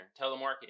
telemarketing